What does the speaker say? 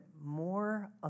more